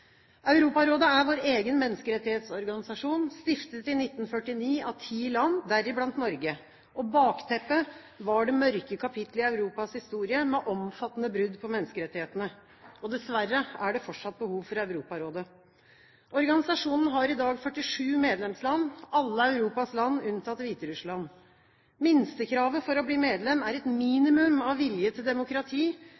Europarådet er vår egen menneskerettsorganisasjon, stiftet i 1949, av ti land, deriblant Norge. Bakteppet var det mørke kapitlet i Europas historie, med omfattende brudd på menneskerettighetene. Dessverre er det fortsatt behov for Europarådet. Organisasjonen har i dag 47 medlemsland, alle Europas land, unntatt Hviterussland. Minstekravet for å bli medlem er et